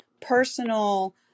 personal